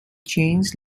changed